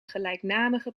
gelijknamige